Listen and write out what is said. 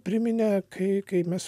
priminė kai kai mes